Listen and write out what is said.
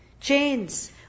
chains